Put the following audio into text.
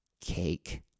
cake